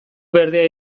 berdea